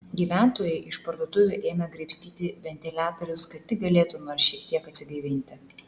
gyventojai iš parduotuvių ėmė graibstyti ventiliatorius kad tik galėtų nors šiek tiek atsigaivinti